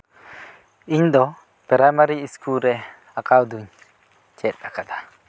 ᱤᱧ ᱫᱚ primary school ᱨᱮ ᱟᱸᱠᱟᱣ ᱫᱩᱧ ᱪᱮᱫ ᱟᱠᱟᱫᱟ